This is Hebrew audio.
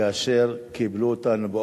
ההצעה עברה.